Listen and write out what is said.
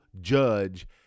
judge